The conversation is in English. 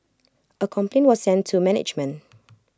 A complaint was sent to management